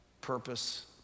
purpose